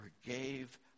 forgave